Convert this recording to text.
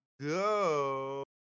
go